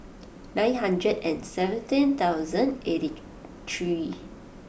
nine hundred and seventeen thousand eighty three